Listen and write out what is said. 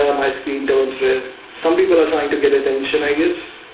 my speed don't read some people are trying to get attention i guess